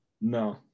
no